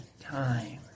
time